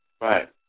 Right